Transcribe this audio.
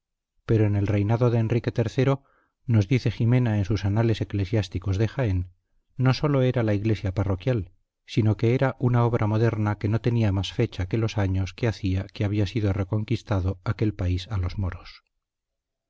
pero en el reinado de enrique iii nos dice jimena en sus anales eclesiásticos de jaén no sólo era la iglesia parroquial sino que era una obra moderna que no tenía más fecha que los años que hacía que había sido reconquistado aquel país a los moros